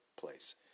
place